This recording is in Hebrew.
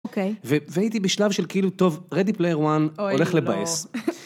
אוקיי. והייתי בשלב של כאילו, טוב, Ready Player One, הולך לבאס. אוי לא